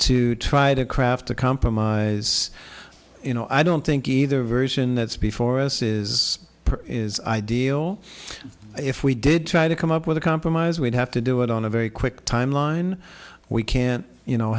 to try to craft a compromise you know i don't think either version that's before us is is ideal if we did try to come up with a compromise we'd have to do it on a very quick timeline we can't you know